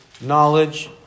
knowledge